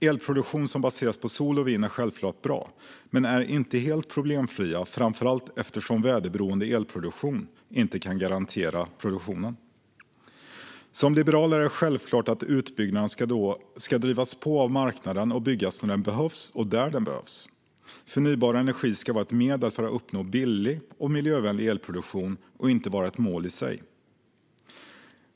Elproduktion som baseras på sol och vind är självklart bra men inte helt problemfri, framför allt eftersom produktionen inte kan garanteras i väderberoende elproduktion. För en liberal är det självklart att utbyggnaden ska drivas på av marknaden och ske när den behövs och där den behövs. Förnybar energi ska vara ett medel för att uppnå billig och miljövänlig elproduktion och inte vara ett mål i sig.